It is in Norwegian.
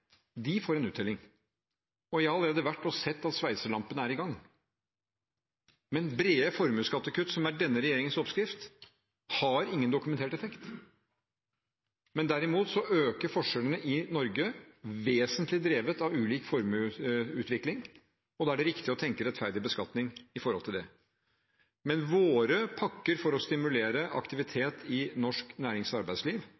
får en uttelling. Og jeg har allerede vært og sett at sveiselampene er i gang. Brede formuesskattekutt, som er denne regjeringens oppskrift, har ingen dokumentert effekt, men derimot øker forskjellene i Norge vesentlig drevet av ulik formuesutvikling, og da er det riktig å tenke rettferdig beskatning i forhold til det. Våre pakker for å stimulere